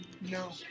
No